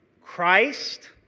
Christ